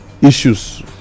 issues